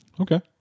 Okay